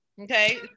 okay